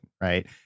right